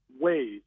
ways